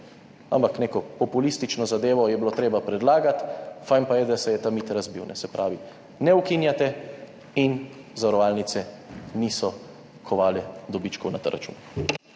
Ampak neko populistično zadevo je bilo treba predlagati. Fajn pa je, da se je ta mit razbil. Se pravi, ne ukinjate in zavarovalnice niso kovale dobičkov na ta račun.